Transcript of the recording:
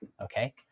Okay